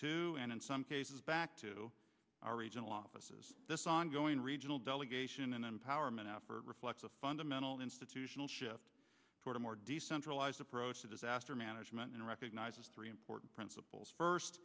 to and in some cases back to our regional offices this ongoing regional delegation and empowerment effort reflects a fundamental institutional shift toward a more decentralized approach to disaster management and recognizes three important principles first